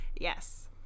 yes